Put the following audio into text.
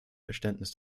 verständnis